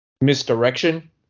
misdirection